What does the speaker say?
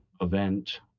event